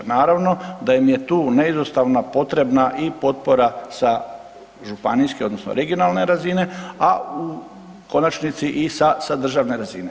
Naravno da im je tu neizostavna potrebna i potpora sa županijske odnosno regionalne razine a u konačnici i sa državne razine.